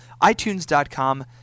iTunes.com